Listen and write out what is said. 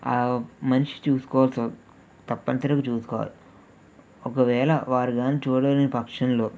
ఆ మనిషి చూసుకోవాల్సి తప్పనిసరిగా చూసుకోవాలి ఒకవేళ వారు గానీ చూడలేని పక్షంలో